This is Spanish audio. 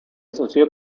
asoció